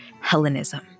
Hellenism